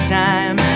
time